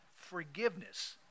forgiveness